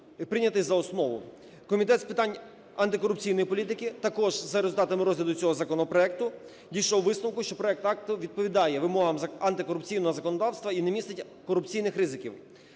прийнятий за основу. Комітет з питань антикорупційної політики також за результатами розгляду цього законопроекту дійшов висновку, що проект акту відповідає вимогам антикорупційного законодавства і не містить корупційних ризиків.